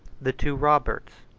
the two roberts,